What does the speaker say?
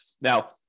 Now